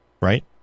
right